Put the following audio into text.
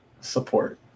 support